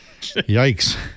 Yikes